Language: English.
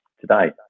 today